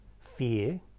fear